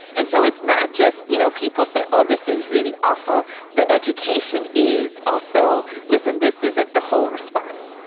and so it's not just, you know, people saying, oh, this is really awful. the education is also, listen, this isn't the whole response.